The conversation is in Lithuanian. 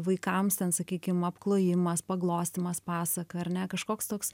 vaikams ten sakykim apklojimas paglostymas pasaka ar ne kažkoks toks